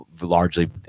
largely